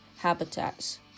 habitats